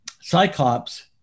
cyclops